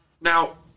Now